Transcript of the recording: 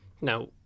Now